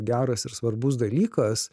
geras ir svarbus dalykas